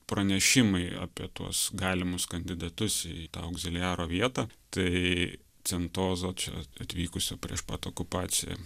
pranešimai apie tuos galimus kandidatus į tą augziliaro vietą tai centozo čia atvykusio prieš pat okupaciją